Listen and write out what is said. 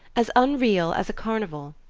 as unreal as a carnival.